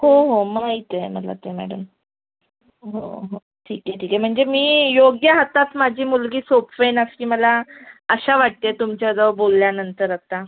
हो हो माहिती आहे मला ते मॅडम हो हो ठीक आहे ठीक आहे म्हणजे मी योग्य हातात माझी मुलगी सोपवेन अशी मला आशा वाटत आहे तुमच्याजवळ बोलल्यानंतर अत्ता